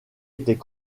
était